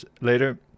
later